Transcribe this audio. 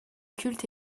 culte